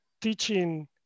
teaching